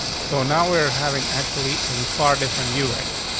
so now we're having actually a far different view right now.